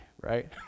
right